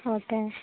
okay